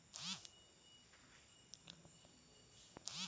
ಹನಿ ನೇರಾವರಿ ಅಂದ್ರೇನ್ರೇ?